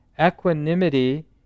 equanimity